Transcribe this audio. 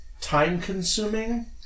time-consuming